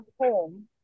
home